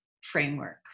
framework